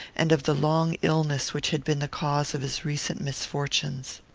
and of the long illness which had been the cause of his recent misfortunes.